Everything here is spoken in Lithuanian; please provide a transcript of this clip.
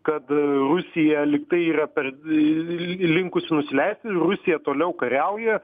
kad rusija lyg tai yra per linkusi nusileisti ir rusija toliau kariauja